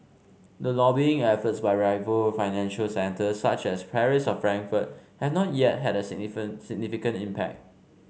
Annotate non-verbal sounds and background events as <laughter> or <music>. the lobbying efforts by rival financial centres such as Paris or Frankfurt have not yet had a <unintelligible> significant impact